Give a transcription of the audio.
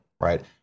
right